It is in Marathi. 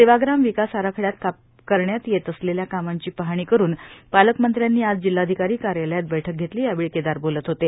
सेवाग्राम विकास आराखड्यात करण्यात येत असलेल्या कामांची पाहणी करून पालकमंत्र्यांनी आज जिल्हाधिकारी कार्यालयात बैठक घेतली यावेळी केदार बोलत होते